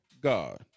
God